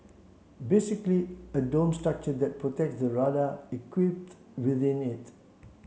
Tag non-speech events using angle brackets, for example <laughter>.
basically a dome structure that protects the radar <unintelligible> within it